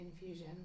infusion